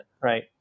right